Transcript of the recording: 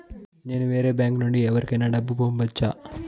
నేను వేరే బ్యాంకు నుండి ఎవరికైనా డబ్బు పంపొచ్చా?